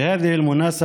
בהזדמנות